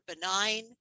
benign